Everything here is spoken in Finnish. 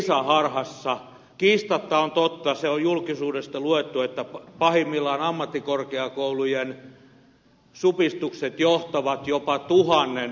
kiistatta on totta se on julkisuudesta luettu että pahimmillaan ammattikorkeakoulujen supistukset johtavat jopa tuhannen opettajan työpaikan menetykseen